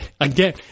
again